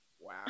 Wow